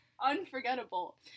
unforgettable